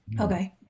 okay